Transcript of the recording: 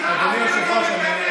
אתה לא מביע צער, אדוני היושב-ראש, אני,